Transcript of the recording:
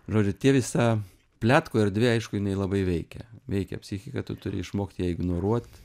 žodžiu tie visa pletkų erdvė aišku jinai labai veikia veikia psichiką tu turi išmokti ją ignoruot